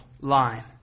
line